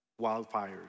wildfires